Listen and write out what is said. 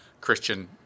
Christian